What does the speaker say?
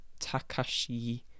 Takashi